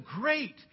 great